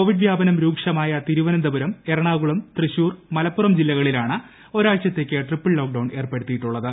Covid വ്യാപനം രൂക്ഷമായ തിരുവനന്തപുരം എറണാകുളം തൃശ്ശൂർ മലപ്പുറം ജില്ലകളിലാണ് ഒരാഴ്ചത്തേക്ക് ട്രിപ്പിൾ ലോക്ക് ഡൌൺ ഏർപ്പെടുത്തിയിട്ടുള്ളത്